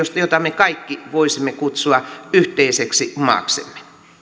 jota me kaikki voisimme kutsua yhteiseksi maaksemme